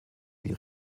die